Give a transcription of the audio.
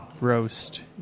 roast